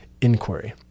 inquiry